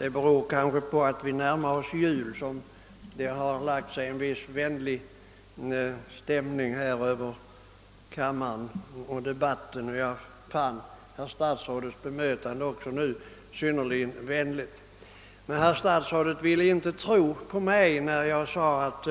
Herr talman! Kanske beror det på att vi närmar oss jul att det har lagt sig en viss vänlig stämning över kammaren och debatten, och jag fann herr statsrådets bemötande synnerligen vänligt. Men herr statsrådet ville inte tro mig när jag nämnde att